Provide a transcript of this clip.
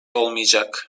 olmayacak